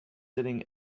sitting